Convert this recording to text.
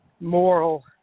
moral